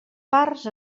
parts